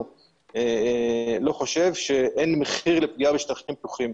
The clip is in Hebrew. לא חושב שאין מחיר לפגיעה בשטחים פתוחים.